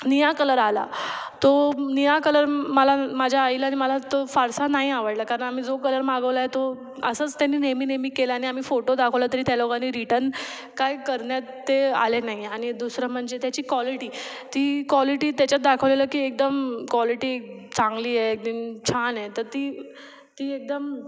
निळा कलर आला तो निळा कलर मला माझ्या आईला आणि मला तो फारसा नाही आवडला कारण आम्ही जो कलर मागवला आहे तो असंच त्यांनी नेहमी नेहमी केल्याने आम्ही फोटो दाखवला तरी त्या लोकांनी रिटन काय करण्यात ते आले नाही आणि दुसरं म्हणजे त्याची कॉलिटी ती कॉलिटी त्याच्यात दाखवलेलं की एकदम कॉलिटी चांगली आहे एकदम छान आहे तर ती ती एकदम